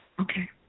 Okay